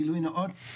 גילוי נאות,